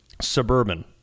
Suburban